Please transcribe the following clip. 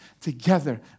together